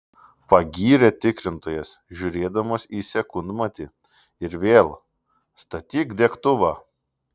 pagyrė tikrintojas žiūrėdamas į sekundmatį ir vėl statyk degtuvą